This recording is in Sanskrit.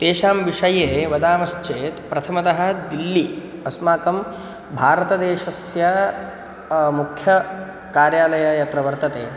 तेषां विषये वदामश्चेत् प्रथमतः दिल्ली अस्माकं भारतदेशस्य मुख्यकार्यालयः यत्र वर्तते